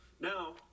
Now